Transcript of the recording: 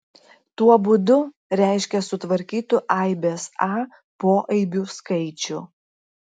tuo būdu reiškia sutvarkytų aibės a poaibių skaičių